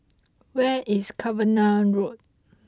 where is Cavenagh Road